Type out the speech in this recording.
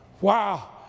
Wow